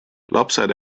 lapsed